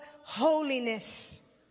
holiness